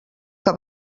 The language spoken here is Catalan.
que